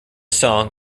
song